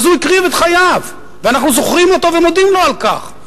אז הוא הקריב את חייו ואנחנו זוכרים אותו ומודים לו על כך.